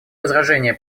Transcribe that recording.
возражения